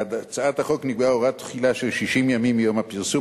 להצעת החוק נקבעה הוראת תחילה של 60 ימים מיום הפרסום,